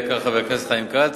כץ,